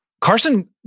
carson